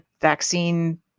vaccine